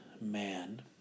man